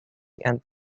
and